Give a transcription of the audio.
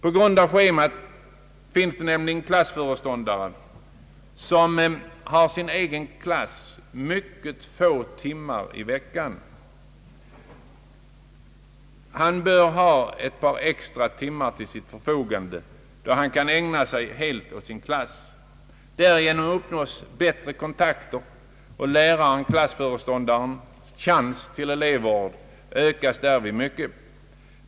Det finns klassföreståndare som har ett sådant schema att de har sin egen klass mycket få timmar i veckan. En sådan klassföreståndare bör ha ett par extra timmar till sitt förfogande då han kan ägna sig helt åt sin klass. Därige Om skolornas elevvård, m.m. nom uppnås bättre kontakter och läraren-klassföreståndarens chans = till elevvård ökas mycket.